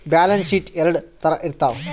balance sheet ಎರಡ್ ತರ ಇರ್ತವ